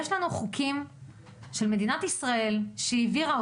יש לנו חוקים שמדינת ישראל העבירה,